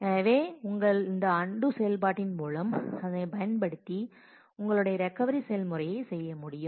எனவே உங்கள் இந்த அன்டூ செயல்பாட்டின் மூலம் அதனை பயன்படுத்தி உங்களுடைய ரெக்கவரி செயல்முறையை செய்ய முடியும்